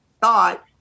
thought